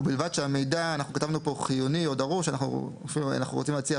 ובלבד שהמידע דרוש לצורך ביצוע